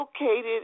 located